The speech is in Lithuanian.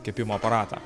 kepimo aparatą